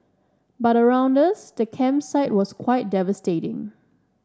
but around us the campsite was quite devastating